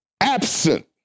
Absent